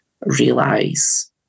realize